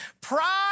pride